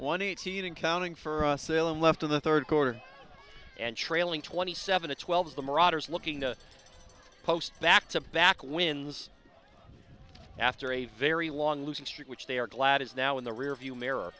one eighteen and counting for salem left in the third quarter and trailing twenty seven to twelve the marauders looking to post back to back wins after a very long losing streak which they are glad is now in the rearview mirror